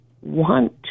want